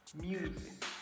music